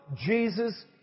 Jesus